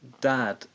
dad